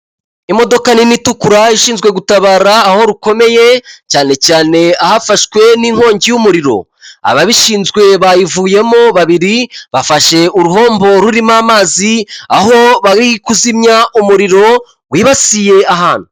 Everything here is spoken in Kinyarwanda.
Imodoka nini itukura ishinzwe gutabara aho rukomeye, cyane cyane ahafashwe n'inkongi y'umuriro, ababishinzwe bayivuyemo babiri bafashe uruhombo rurimo amazi, aho bari kuzimya umuriro wibasiye ahantu.